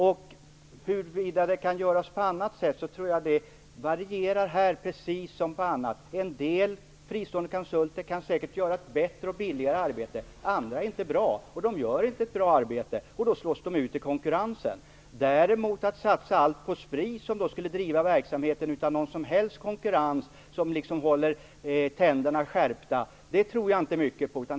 Vad gäller frågan huruvida det här kan göras på annat sätt vill jag säga att jag tror att det varierar, här precis som när det gäller annat. En del fristående konsulter kan säkert göra ett bättre och billigare arbete. Andra är inte bra och gör inte ett bra arbete, och då slås de ut i konkurrensen. Att däremot satsa allt på Spri, som skulle driva verksamheten utan någon som helst konkurrens som håller tänderna skärpta tror jag inte mycket på.